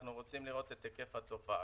אנחנו רוצים לראות את היקף התופעה.